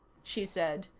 she said,